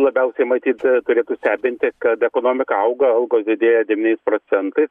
labiausiai matyt turėtų stebinti kad ekonomika auga algos didėja devyniais procentais